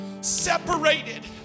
separated